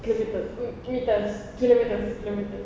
kilomet~ metres kilometres kilometres